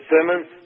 Simmons